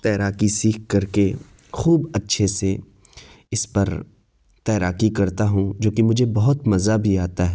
تیراکی سیکھ کر کے خوب اچھے سے اس پر تیراکی کرتا ہوں جوکہ مجھے بہت مزا بھی آتا ہے